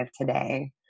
today